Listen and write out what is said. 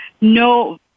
No